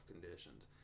conditions